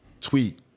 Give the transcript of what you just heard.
tweet